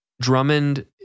Drummond